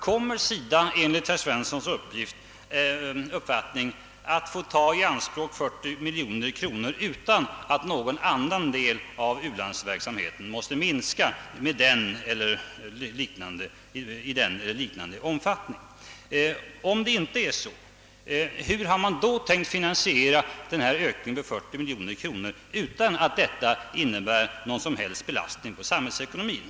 Kommer SIDA enligt herr Svenssons uppfattning att få ta i anspråk 40 miljoner kronor utan att någon annan del av u-landsverksamheten måste minskas i samma eller ungefär samma omfattning? Om det inte förhåller sig så skulle jag vilja veta hur man tänkt sig att finansiera ökningen med 40 miljoner kronor utan att detta innebär någon som helst belastning på samhällsekonomin.